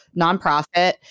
nonprofit